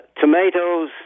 tomatoes